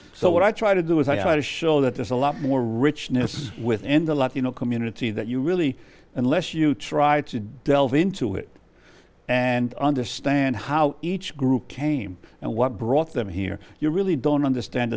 so what i try to do is i try to show that there's a lot more richness within the latino community that you really unless you tried to delve into it and understand how each group came and what brought them here you really don't understand